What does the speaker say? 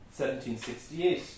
1768